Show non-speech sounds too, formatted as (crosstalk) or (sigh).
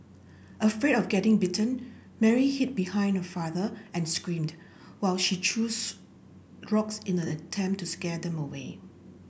afraid of getting bitten Mary hid behind her father and screamed while she threw (unintelligible) rocks in an attempt to scare them away